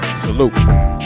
Salute